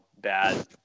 bad